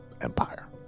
Empire